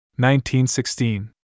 1916